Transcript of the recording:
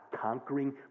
conquering